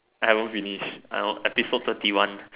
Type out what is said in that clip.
I haven't finish I on episode thirty one